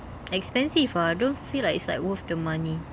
expensive ah don't feel like it's like worth the money